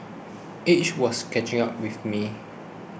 age was catching up with me